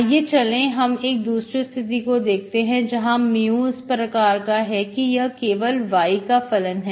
आइए चले हम एक दूसरी स्थिति को देखते हैं जहां mu इस प्रकार का है कि यह केवल y का फलन है